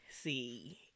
see